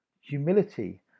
Humility